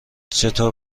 چطور